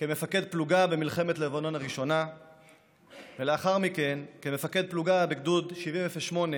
כמפקד פלוגה במלחמת לבנון הראשונה ולאחר מכן כמפקד פלוגה בגדוד 7008